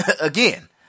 again